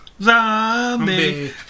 Zombie